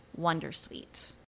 wondersuite